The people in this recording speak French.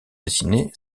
dessinée